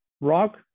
rock